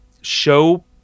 show